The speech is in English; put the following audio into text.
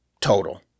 total